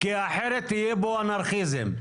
כי אחרת יהיה פה אנרכיזם.